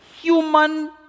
human